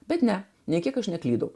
bet ne nė kiek aš neklydau